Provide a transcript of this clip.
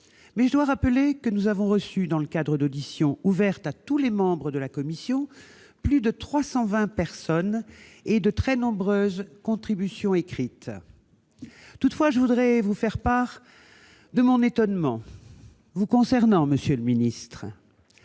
mais je dois rappeler que nous avons reçu, dans le cadre des auditions ouvertes à tous les membres de la commission spéciale, plus de 320 personnes et de très nombreuses contributions écrites. Néanmoins, je voudrais vous faire part de mon étonnement vous concernant, monsieur le ministre.